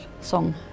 song